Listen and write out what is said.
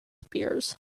spears